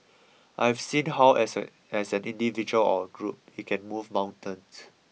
I have seen how as an as an individual or a group we can move mountains